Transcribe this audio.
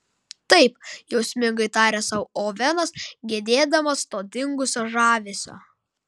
taip jausmingai tarė sau ovenas gedėdamas to dingusio žavesio